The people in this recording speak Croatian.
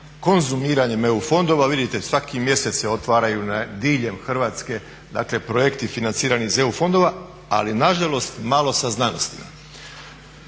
konzumiranjem EU fondova. Vidite svaki mjesec se otvaraju diljem Hrvatske projekti financirani iz EU fondova, ali nažalost malo sa znanostima.